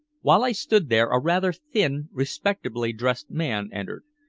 while i stood there a rather thin, respectably-dressed man entered,